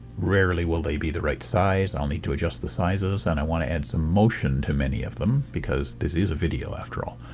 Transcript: rarely will they be the right size i'll need to adjust the sizes, and i want to add some motion to many of them because this is a video after all.